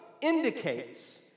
indicates